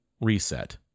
Reset